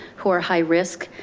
who are high risk,